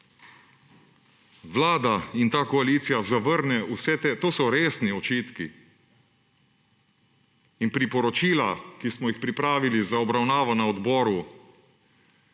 Vlada in ta koalicija zavrne vse te očitke. To so resni očitki in priporočila, ki smo jih pripravili za obravnavo na odboru,